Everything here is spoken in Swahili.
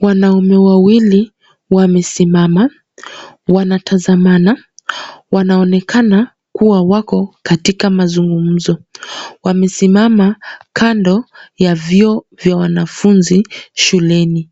Wanaume wawili wamesimama, wanatazamana, wanaonekana kuwa wako katika mazungumzo. Wamesimama kando ya vyoo vya wanafunzi shuleni.